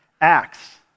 Acts